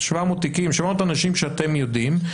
תיקים, 700 אנשים שאתם יודעים,